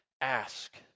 Ask